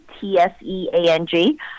T-S-E-A-N-G